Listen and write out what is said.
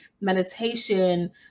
meditation